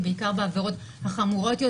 ככל שהולכים ומשתמשים באמצעים יותר